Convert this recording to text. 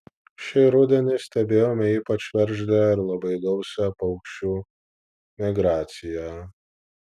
šį rudenį stebėjome ypač veržlią ir labai gausią paukščių migraciją